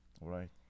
right